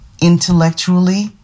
intellectually